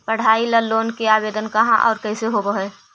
पढाई ल लोन के आवेदन कहा औ कैसे होब है?